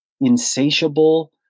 insatiable